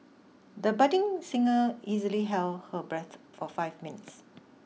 the budding singer easily held her breath for five minutes